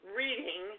reading